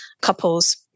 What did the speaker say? couples